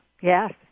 Yes